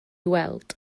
weld